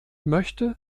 möchte